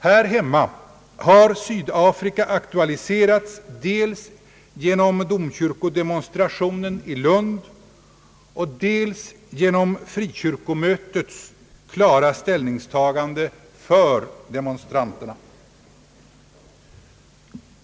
Här hemma har Sydafrika aktualiserats dels genom domkyrkodemonstrationen i Lund och dels genom frikyrkomötets klara ställningstagande för demonstranterna.